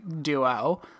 duo